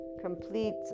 complete